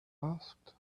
asked